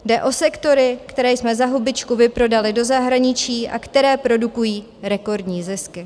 Jde o sektory, které jsme za hubičku vyprodali do zahraničí a které produkují rekordní zisky.